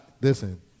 Listen